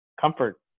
comfort